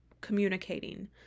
communicating